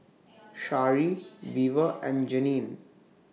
Shari Weaver and Janene